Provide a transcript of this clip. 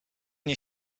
nie